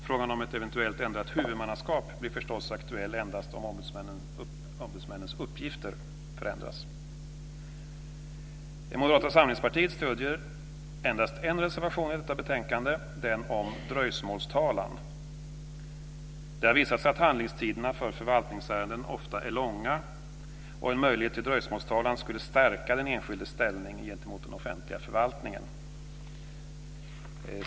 Frågan om ett eventuellt ändrat huvudmannaskap blir förstås aktuell endast om ombudsmännens uppgifter förändras. Moderata samlingspartiet stöder endast en reservation i detta betänkande, nämligen den om dröjsmålstalan. Det har ju visat sig att handläggningstiderna för förvaltningsärenden ofta är långa. En möjlighet till dröjsmålstalan skulle stärka den enskildes ställning gentemot den offentliga förvaltningen.